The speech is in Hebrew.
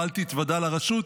ואל תתוודע לרשות,